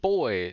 Boy